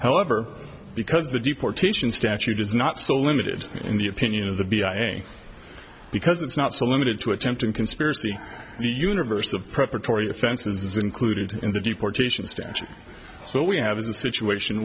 however because the deportation statute is not so limited in the opinion of the b i a because it's not so limited to attempting conspiracy the universe of preparatory offenses is included in the deportation statute so what we have is a situation